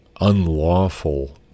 unlawful